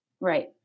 Right